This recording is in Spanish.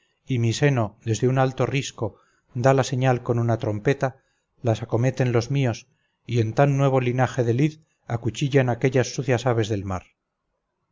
y miseno desde un alto risco da la señal con una trompeta las acometen los míos y en tan nuevo linaje de lid acuchillan a aquellas sucias aves del mar